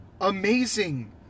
amazing